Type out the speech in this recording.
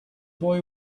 boy